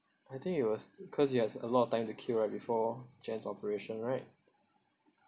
I think it was cause you has a lot of time to kill right before jen's operation right